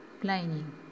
Planning